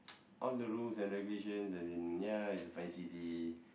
all the rules and regulations as in ya it's a fine city